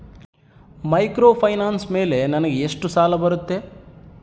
Microfinance ಮೇಲೆ ನನಗೆ ಎಷ್ಟು ಸಾಲ ಬರುತ್ತೆ?